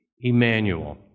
Emmanuel